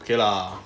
okay lah